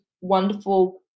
wonderful